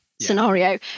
scenario